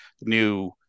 new